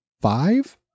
five